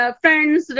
friends